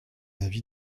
avis